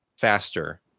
faster